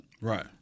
Right